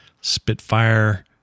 Spitfire